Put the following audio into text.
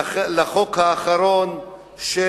לחוק האחרון של